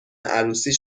عروسی